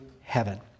heaven